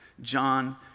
John